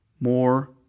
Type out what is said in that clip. more